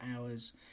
hours